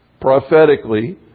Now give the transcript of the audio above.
prophetically